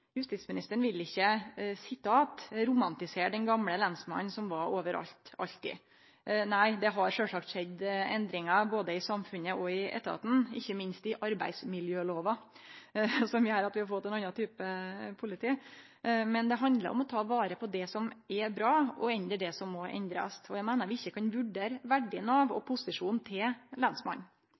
Justisministeren ville ikkje romantisere den «gammeldagse» lensmannen som var overalt alltid. Nei, det har sjølvsagt skjedd endringar både i samfunnet og i etaten, og ikkje minst i arbeidsmiljølova, som gjer at vi har fått ein annan type politi. Men det handlar om å ta vare på det som er bra, og endre det som må endrast. Eg meiner vi ikkje kan overvurdere verdien av og posisjonen til lensmannen.